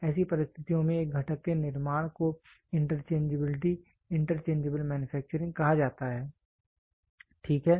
ऐसी परिस्थितियों में एक घटक के निर्माण को इंटरचेंजबिलिटी इंटरचेंजेबल मैन्युफैक्चरिंग कहा जाता है ठीक है